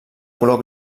color